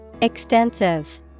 Extensive